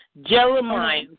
Jeremiah